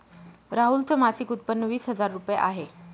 राहुल च मासिक उत्पन्न वीस हजार रुपये आहे